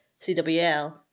CWL